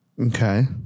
okay